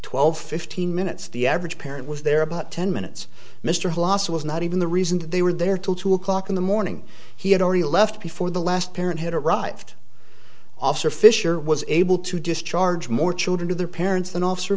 twelve fifteen minutes the average parent was there about ten minutes mr klaas was not even the reason that they were there till two o'clock in the morning he had already left before the last parent had arrived officer fisher was able to discharge more children to their parents